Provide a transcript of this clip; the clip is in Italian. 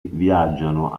viaggiano